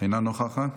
אינה נוכחת,